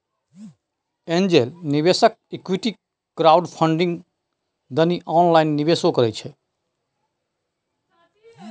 angel निवेशक equity crowdfunding दनी online निवेशो करइ छइ